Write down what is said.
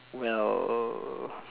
well